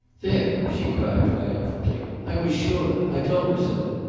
there! she cried triumphantly. i was sure. i told her so.